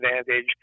advantage